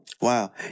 Wow